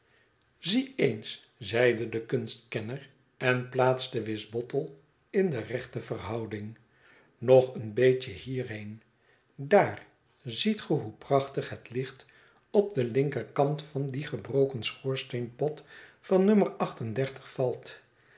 zie eens zeide de kunstkenner en plaatste wisbottle in de rechte verhouding nog een beetje hierheen daar ziet ge hoe prachtig het licht op den linkerkant van dien gebroken schoorsteenpot van no valt